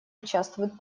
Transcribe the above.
участвует